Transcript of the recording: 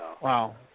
Wow